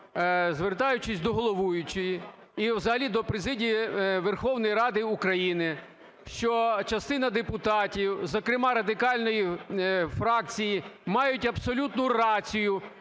звертаючись до головуючої і взагалі до президії Верховної Ради України, що частина депутатів, зокрема, Радикальної фракції мають абсолютну рацію,